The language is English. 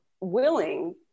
willing